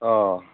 ꯑꯥ